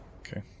Okay